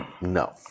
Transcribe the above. No